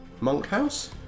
Monkhouse